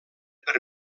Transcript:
per